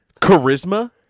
Charisma